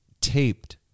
taped